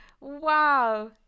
Wow